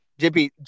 JP